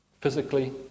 Physically